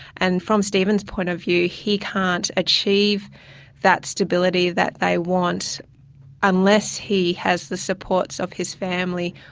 and from steven's point of view, he can't achieve that stability that they want unless he has the supports of his family,